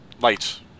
lights